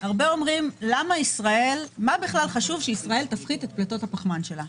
הרבה אומרים: מה בכלל חשוב שישראל תפחית את פליטות הפחמן שלה?